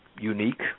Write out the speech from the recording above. unique